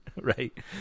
right